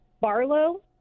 Barlow